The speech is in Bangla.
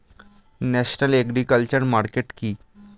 ন্যাশনাল এগ্রিকালচার মার্কেট কি?